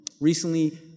Recently